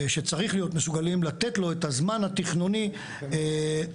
שצריך להיות מסוגלים לתת לו את הזמן התכנוני הראוי.